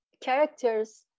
characters